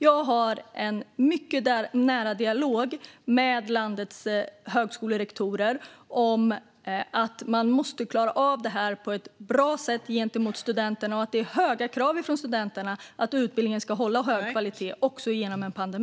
Jag har en mycket nära dialog med landets högskolerektorer om att de måste klara av detta på ett bra sätt gentemot studenterna. Studenterna har höga krav på att utbildningen också i en pandemi ska hålla hög kvalitet.